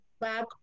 back